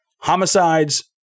homicides